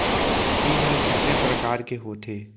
बीज ह कितने प्रकार के होथे?